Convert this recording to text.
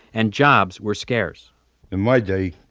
and jobs were scarce in my day,